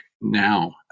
now